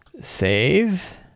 Save